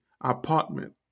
apartment